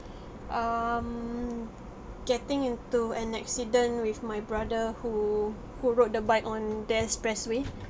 um getting into an accident with my brother who who rode the bike on the expressway